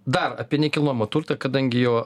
dar apie nekilnojamą turtą kadangi jau